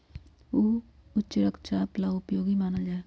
ऊ उच्च रक्तचाप ला उपयोगी मानल जाहई